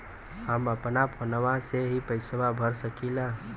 हम अपना फोनवा से ही पेसवा भर सकी ला?